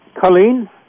Colleen